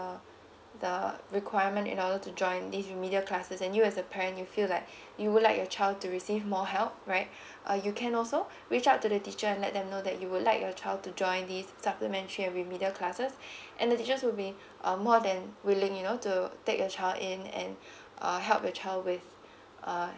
uh the requirement in order to join this remedial classes and you as a parent you feel like you would like your child to receive more help right uh you can also reach out to the teacher and let them know that you would like your child to join this supplementary or remedial classes and the teachers would be um more than willing you know to take the child in and uh help the child with uh